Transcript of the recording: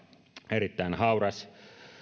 erittäin hauras